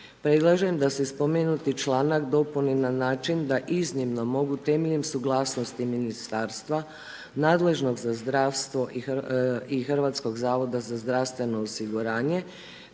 Predlažem da se spomenuti čl. dopuni na način da iznimno mogu temeljem suglasnosti Ministarstva nadležnog za zdravstvo i HZZO-a, te odlukom ministra, županija